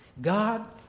god